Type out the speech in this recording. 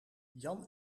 jan